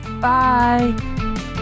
Bye